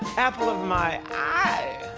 apple of my eye!